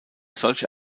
solche